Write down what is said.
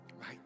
right